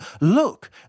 look